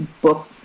book